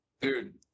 dude